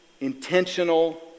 intentional